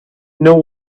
know